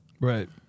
Right